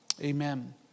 Amen